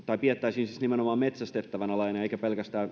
siis nimenomaan metsästettävänä lajina eikä pelkästään